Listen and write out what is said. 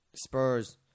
Spurs